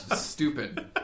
stupid